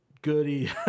goody